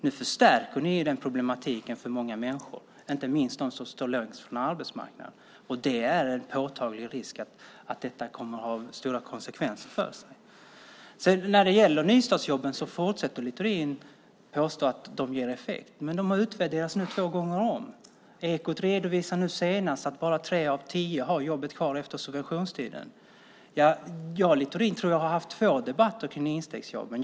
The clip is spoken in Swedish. Nu förstärker ni den problematiken för många människor, inte minst för dem som står långt från arbetsmarknaden. Det är en påtaglig risk att detta får stora konsekvenser. När det gäller nystartsjobben fortsätter Littorin att påstå att de ger effekt, men de har utvärderats två gånger om. Ekot redovisade nu senast att bara tre av tio har jobbet kvar efter subventionstiden. Jag tror att jag och Littorin har haft två debatter om instegsjobben.